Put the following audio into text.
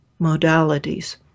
modalities